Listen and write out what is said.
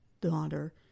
daughter